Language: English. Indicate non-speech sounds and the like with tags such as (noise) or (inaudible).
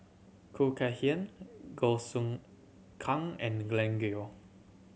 Khoo Kay Hian Goh (unintelligible) Kang and Glen Goei